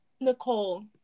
Nicole